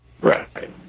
right